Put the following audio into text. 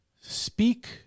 speak